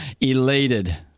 elated